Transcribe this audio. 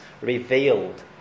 revealed